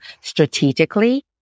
strategically